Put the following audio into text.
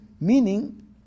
meaning